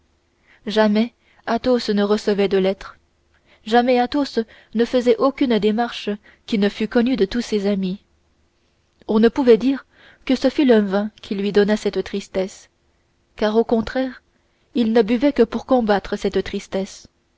jamais athos ne recevait de lettres jamais athos ne faisait aucune démarche qui ne fût connue de tous ses amis on ne pouvait dire que ce fût le vin qui lui donnât cette tristesse car au contraire il ne buvait que pour combattre cette tristesse